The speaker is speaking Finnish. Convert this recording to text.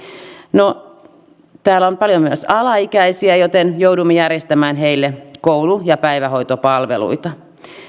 täällä on paljon myös alaikäisiä joten joudumme järjestämään heille koulu ja päivähoitopalveluita